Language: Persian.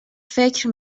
فکر